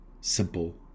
Simple